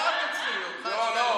לוועדה את הצעת חוק ברל כצנלסון (ציון זכרו ופועלו),